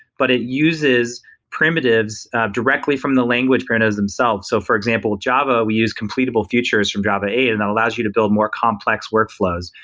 but it uses primitives directly from the language printers themselves. so for example, java we use completable features from java aid and that allows you to build more complex workflows.